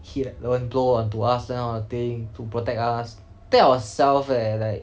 heat won't blow onto us this kind of thing to protect us that ourselves leh like